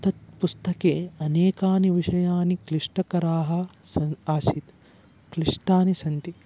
तत् पुस्तके अनेकानि विषयानि क्लिष्टकराः सन्ति आसीत् क्लिष्टानि सन्ति